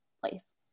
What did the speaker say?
place